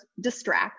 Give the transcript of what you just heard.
distract